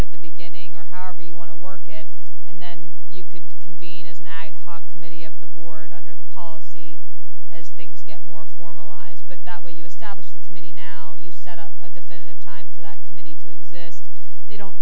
at the beginning or however you want to work at and then you could convene as an ad hoc committee of the board under the policy as things get more formalized but that way you establish the committee now you set up a definite time for that committee to exist they don't